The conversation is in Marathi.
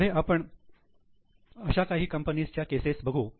पुढे आपण अशा काही कंपनीच्या केसेस बघू